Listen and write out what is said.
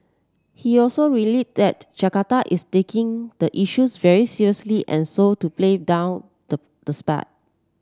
he also relief that Jakarta is taking the issues very seriously and sought to play down the the spat